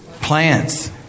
Plants